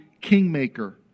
kingmaker